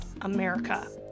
America